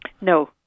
No